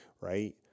right